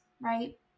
right